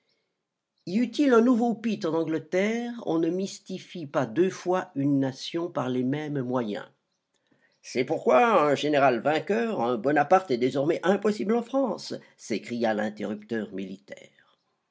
eût-il un nouveau pitt en angleterre on ne mystifie pas deux fois une nation par les mêmes moyens c'est pourquoi un général vainqueur un bonaparte est désormais impossible en france s'écria l'interrupteur militaire